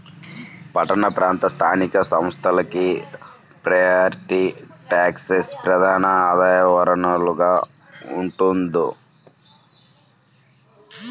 పట్టణ ప్రాంత స్థానిక సంస్థలకి ప్రాపర్టీ ట్యాక్సే ప్రధాన ఆదాయ వనరుగా ఉంటోంది